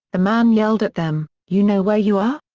the man yelled at them, you know where you are?